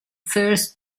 first